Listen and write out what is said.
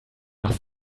nach